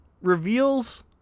reveals